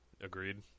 agreed